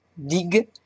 Dig